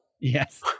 Yes